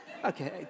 Okay